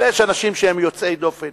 אבל יש אנשים שהם יוצאי דופן.